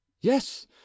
yes